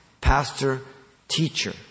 Pastor-teacher